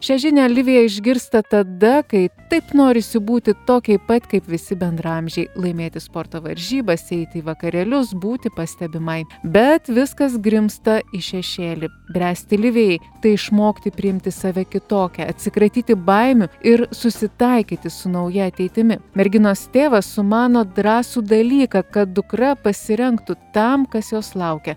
šią žinią livija išgirsta tada kai taip norisi būti tokiai pat kaip visi bendraamžiai laimėti sporto varžybas eiti į vakarėlius būti pastebimai bet viskas grimzta į šešėlį bręsti livijai tai išmokti priimti save kitokią atsikratyti baimių ir susitaikyti su nauja ateitimi merginos tėvas sumano drąsų dalyką kad dukra pasirengtų tam kas jos laukia